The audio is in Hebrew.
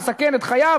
מסכן את חייו,